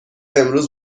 امروز